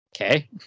Okay